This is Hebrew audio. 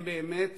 הם באמת